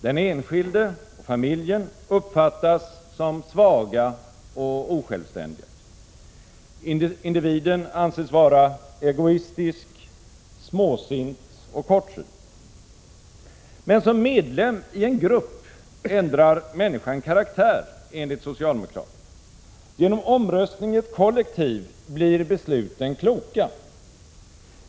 Den enskilde och familjen uppfattas som svaga och osjälvständiga. Individen anses vara egoistisk, småsint och kortsynt. Men som medlem i en grupp ändrar människan karaktär, enligt socialdemokraterna. Genom omröstning i ett kollektiv blir besluten kloka.